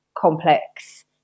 complex